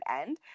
end